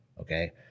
okay